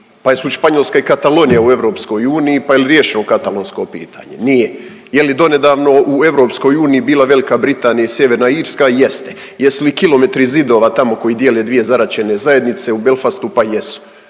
Pa jesu li Španjolska i Katalonija u EU pa je li riješeno katalonsko pitanje? Nije. Je li donedavno u EU bila Velika Britanija i sjeverna Irska? Jeste. Jesu li kilometri zidova tamo koji dijele dvije zaraćene zajednice u Belfastu? Pa jesu.